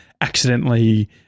accidentally